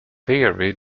theory